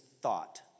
thought